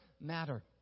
matter